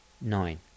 Nine